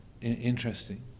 interesting